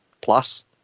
plus